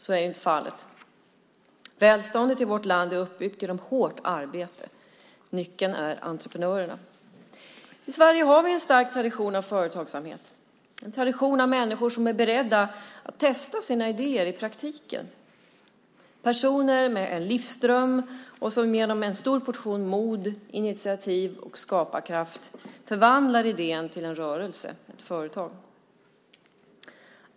Så är ju inte fallet. Välståndet i vårt land är uppbyggt genom hårt arbete. Nyckeln är entreprenörerna. I Sverige har vi en stark tradition av företagsamhet, en tradition av människor som är beredda att testa sina idéer i praktiken, personer med en livsdröm som med en stor portion mod, initiativ och skaparkraft förvandlar idén till en rörelse, ett företag.